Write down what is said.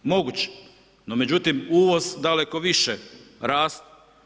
Moguće no međutim uvoz daleko više raste.